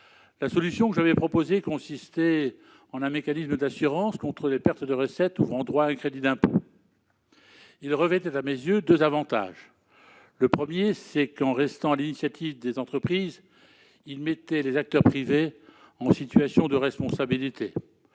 La solution que j'avais proposée consistait ainsi en un mécanisme d'assurance contre les pertes de recettes ouvrant droit à un crédit d'impôt. Il revêtait à mes yeux deux avantages : le premier, c'est qu'en restant à l'initiative des entreprises il mettait les acteurs privés en situation de responsabilité